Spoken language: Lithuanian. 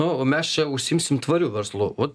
nu o mes čia užsiimsim tvariu verslu o